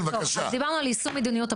אז זה יראה לך תמוהה גם עוד עשרים דקות,